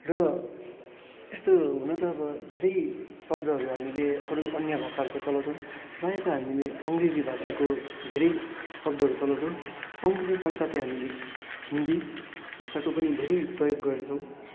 र यस्तो हुन त अब धेरै शब्दहरू हामीले अरू अन्य भाषाहरूको चलाउँछौँ प्रायः त हामीले अङ्ग्रेजी भाषाको धेरै शब्दहरू चलाउँछौँ अङ्ग्रेजी साथ साथै हामीले हिन्दी भाषाको पनि धेरै प्रयोग गर्छौँ